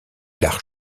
l’art